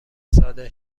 صادر